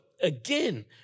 again